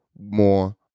more